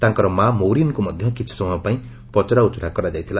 ତାଙ୍କର ମା' ମୌରିନ୍ଙ୍କୁ ମଧ୍ୟ କିଛି ସମୟ ପାଇଁ ପଚରାଉଚରା କରାଯାଇଥିଲା